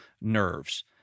nerves